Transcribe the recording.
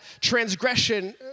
transgression